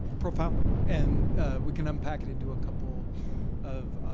profoundly, and we can unpack it into a couple of